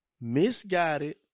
misguided